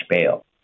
bail